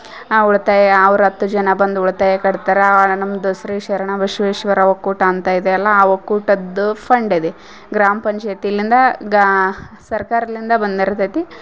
ಆ ಉಳಿತಾಯ ಅವ್ರು ಹತ್ತು ಜನ ಬಂದು ಉಳಿತಾಯ ಕಟ್ತಾರೆ ನಮ್ದು ಶ್ರೀ ಶರಣ ಬಸವೇಶ್ವರ ಒಕ್ಕೂಟ ಅಂತ ಇದೆ ಅಲ್ಲಾ ಆ ಒಕ್ಕೂಟದ ಫಂಡೆದೆ ಗ್ರಾಮ ಪಂಚಾಯ್ತಿಲಿಂದಾ ಗಾ ಸರ್ಕಾರ್ಲಿಂದ ಬಂದಿರ್ತೈತಿ